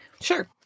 Sure